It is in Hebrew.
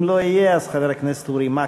אם לא יהיה, אז חבר הכנסת אורי מקלב.